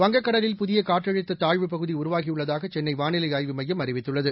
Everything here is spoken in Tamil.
வங்கக்கடலில் புதியகாற்றழுத்ததாழ்வுப்பகுதிஉருவாகியுள்ளதாகசென்னைவாளிலைஆய்வு மையம் அறிவித்துள்ளது